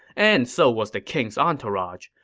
and so was the king's entourage.